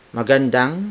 magandang